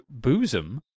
Boozum